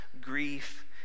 grief